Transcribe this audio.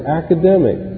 academic